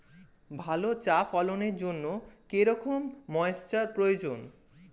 ভালো চা ফলনের জন্য কেরম ময়স্চার প্রয়োজন?